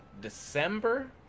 December